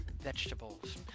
vegetables